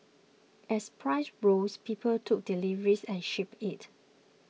as prices rose people took deliveries and shipped it